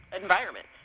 environment